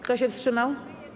Kto się wstrzymał?